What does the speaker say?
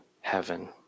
heaven